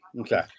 Okay